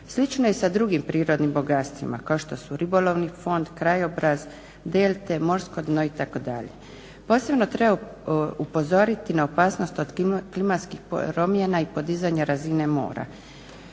Slično je i sa drugim prirodnim bogatstvima kao što su ribolovni fond, krajobraz, delte, morsko dno itd. posebno treba upozoriti na opasnost od klimatskih promjena i podizanja razine mora.